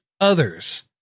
Others